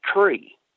tree